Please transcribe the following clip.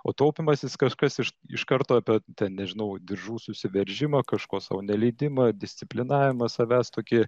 o taupymas jis kažkas iš iš karto apie ten nežinau diržų susiveržimą kažko sau neleidimą disciplinavimą savęs tokį